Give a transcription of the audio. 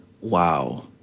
wow